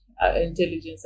intelligence